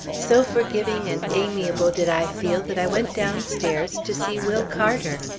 so forgiving and amiable did i feel that i went downstairs to see will carter!